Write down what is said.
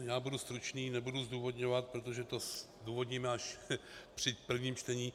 Já budu stručný, nebudu zdůvodňovat, protože to zdůvodníme až při prvním čtení.